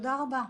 תודה רבה.